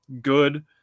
good